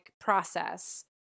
process